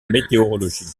météorologie